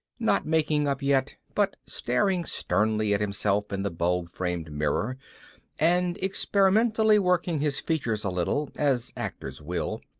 not making up yet but staring sternly at himself in the bulb-framed mirror and experimentally working his features a little, as actors will,